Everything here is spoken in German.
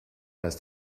ist